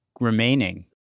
remaining